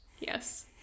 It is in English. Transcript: Yes